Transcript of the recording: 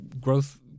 growth